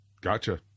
Gotcha